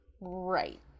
Right